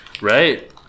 right